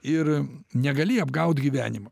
ir negali apgaut gyvenimo